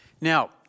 Now